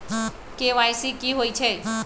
KYC कि होई छई?